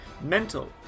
mental